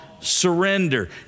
surrender